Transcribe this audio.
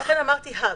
לכן אמרתי Hub,